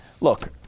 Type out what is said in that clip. look